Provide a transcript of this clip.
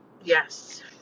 Yes